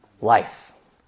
life